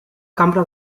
cambra